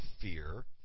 fear